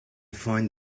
find